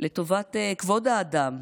לטובת כבוד האדם,